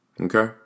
Okay